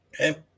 Okay